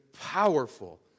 powerful